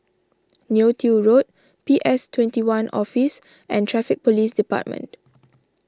Neo Tiew Road P S twenty one Office and Traffic Police Department